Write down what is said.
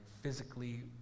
physically